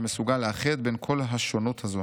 שמסוגל לאחד בין כל השונות הזו.